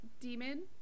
demon